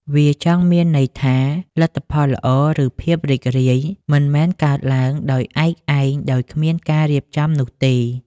វាចង់មានន័យថា លទ្ធផលល្អ ឬភាពរីករាយ មិនមែនកើតឡើងដោយឯកឯងដោយគ្មានការរៀបចំនោះទេ។